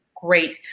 great